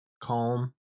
calm